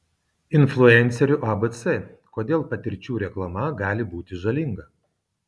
influencerių abc kodėl patirčių reklama gali būti žalinga